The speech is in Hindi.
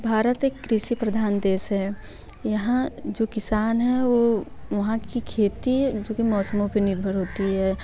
भारत एक कृषि प्रधान देश है यहाँ जो किसान है वो वहाँ की खेती जो कि मौसमों पे निर्भर होती है